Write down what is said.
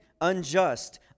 unjust